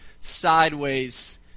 sideways